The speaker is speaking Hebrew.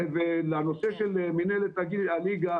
בנושא של מינהלת הליגה